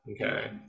okay